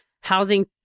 housing